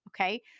okay